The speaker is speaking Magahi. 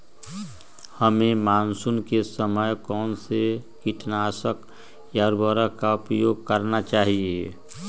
हमें मानसून के समय कौन से किटनाशक या उर्वरक का उपयोग करना चाहिए?